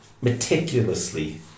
meticulously